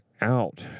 out